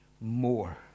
more